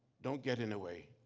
don't get in the way,